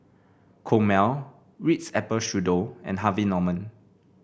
Chomel Ritz Apple Strudel and Harvey Norman